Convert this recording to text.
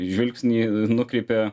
žvilgsnį nukreipė